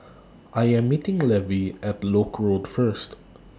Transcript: I Am meeting Levy app Lock Road First